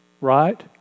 right